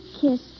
kiss